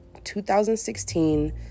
2016